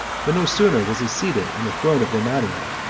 but no sooner was he seated on the throne of romania,